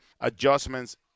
adjustments